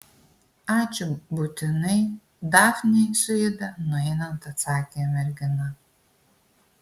ačiū būtinai dafnei su ida nueinant atsakė mergina